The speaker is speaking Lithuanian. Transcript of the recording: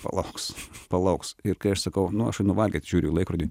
palauks palauks ir kai aš sakau nu aš einu valgyt žiūriu į laikrodį